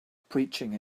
preaching